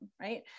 right